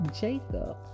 Jacob